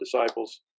disciples